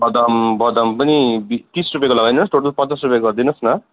बदम बदम पनि बिस तिस रुपियाँको लगाइदिनु होस् टोटल पचास रुपियाँको गरिदिनु होस् न